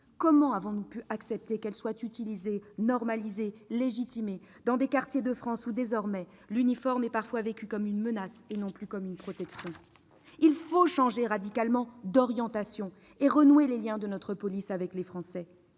comment avons-nous pu accepter qu'elles soient utilisées, normalisées, légitimées, dans des quartiers de France où, désormais, l'uniforme est parfois vécu comme une menace et non plus comme une protection ? Il faut changer radicalement d'orientation et renouer les liens de notre police avec les Français.